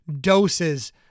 doses